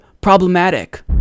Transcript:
problematic